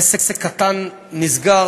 עסק קטן נסגר,